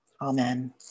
Amen